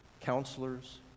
Counselors